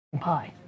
pie